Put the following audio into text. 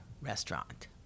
restaurant